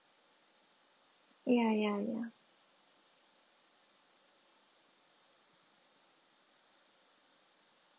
ya ya ya